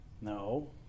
No